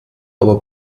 aber